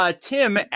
Tim